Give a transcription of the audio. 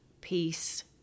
peace